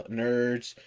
nerds